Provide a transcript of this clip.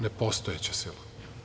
Nepostojeća sila.